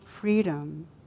freedom